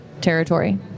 territory